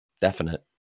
Definite